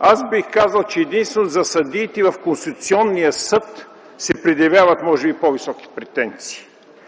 Аз бих казал, че единствено за съдиите в Конституционния съд се предявяват може би по-високи претенции.